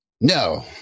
No